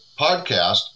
podcast